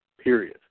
period